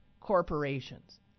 corporations